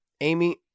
Amy